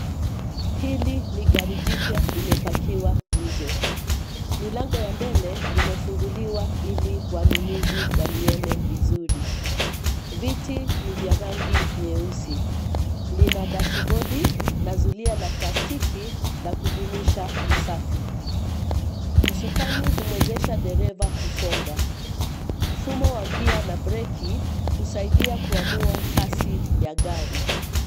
Hili ni gari jipya limepakiwa nje. Milango ya mbele imefunguliwa ili wanunuzi walione vizuri. Viti ni vya rangi nyeusi. Lina dashibodi, na zulia la plastiki, lakudumisha usafi. Usukani humwezesha dereva kusonga. Mfumo wa gia na breki, husaidia kuamua kasi ya gari.